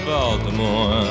Baltimore